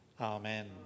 Amen